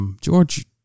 George